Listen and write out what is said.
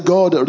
God